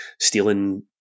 stealing